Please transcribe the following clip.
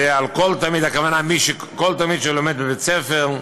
ו"תלמיד" הכוונה לכל תלמיד שלומד בבית-ספר.